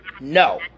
No